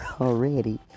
already